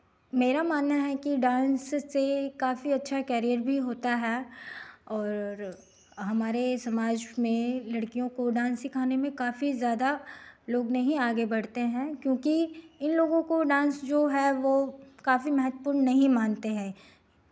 मेरा मानना है कि डांस से काफी अच्छा कैरियर भी होता है और हमारे समाज में लड़कियों को डांस सिखाने में काफी ज़्यादा लोग नहीं आगे बढ़ते हैं क्योंकि इनलोगों को डांस जो है वो काफी महत्वपूर्ण नहीं मानते हैं